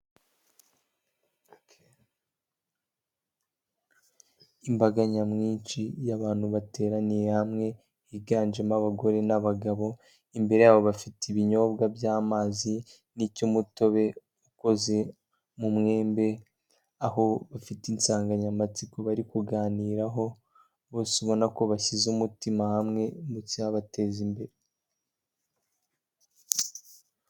Imbaga nyamwinshi y'abantu bateraniye hamwe higanjemo abagore n'abagabo, imbere yabo bafite ibinyobwa by'amazi n'icy'umutobe ukoze mu mwembe aho bafite insanganyamatsiko bari kuganiraho bose ubona ko bashyize umutima hamwe mu cyabateza imbere.